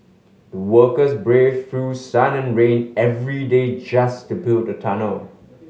the workers braved through sun and rain every day just to build the tunnel